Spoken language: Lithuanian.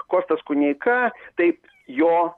kostas kuneika taip jo